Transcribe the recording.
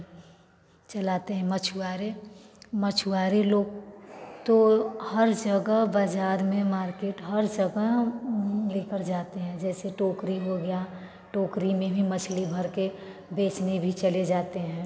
चलाते हैं मछुआरे मछुआरे लोग तो हर जगह बाज़ार में मारकेट हर जगह लेकर जाते हैं जैसे टोकरी हो गया टोकरी में भी मछली भरकर बेचने भी चले जाते हैं